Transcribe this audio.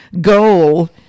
goal